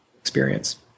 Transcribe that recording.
experience